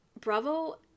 Bravo